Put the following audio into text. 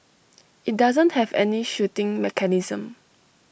IT doesn't have any shooting mechanism